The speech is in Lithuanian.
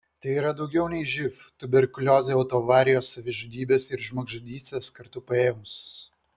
tai yra daugiau nei živ tuberkuliozė autoavarijos savižudybės ir žmogžudystės kartu paėmus